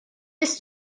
bis